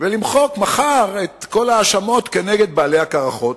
ולמחוק מחר את כל ההאשמות נגד בעלי הקרחות,